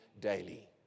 daily